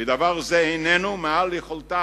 ודבר זה איננו מעל יכולתה